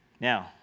Now